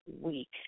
week